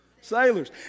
sailors